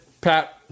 Pat